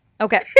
okay